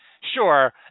Sure